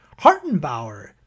Hartenbauer